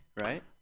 right